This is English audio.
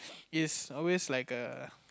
is always like err